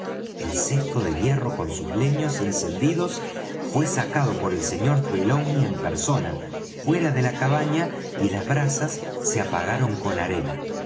el cesto de hierro con sus leños encendidos fué sacado por el sr trelawney en persona fuera de la cabaña y las brasas se apagaron con arena